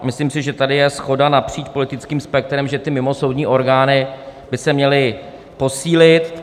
Myslím si, že tady je shoda napříč politickým spektrem, že ty mimosoudní orgány by se měly posílit.